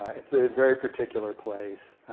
it's a very particular place.